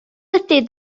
ydy